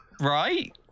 Right